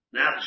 Now